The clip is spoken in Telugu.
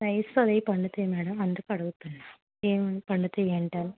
రైస్ అవే పండుతాయి మేడం అందుకు అగుతున్నాను ఏమి ఏమి పండుతాయి ఏంటాని